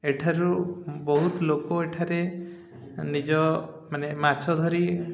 ଏଠାରୁ ବହୁତ ଲୋକ ଏଠାରେ ନିଜ ମାନେ ମାଛ ଧରି